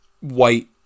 white